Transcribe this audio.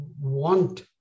want